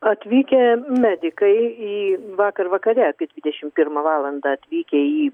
atvykę medikai į vakar vakare apie dvidešimt pirmą valandą atvykę į